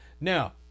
Now